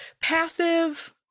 passive